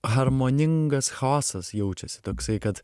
harmoningas chaosas jaučiasi toksai kad